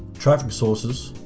traffic sources,